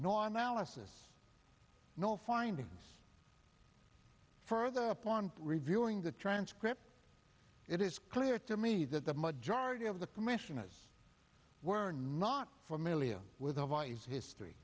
on alice's no findings further upon reviewing the transcript it is clear to me that the majority of the commissioners were not familiar with the vice history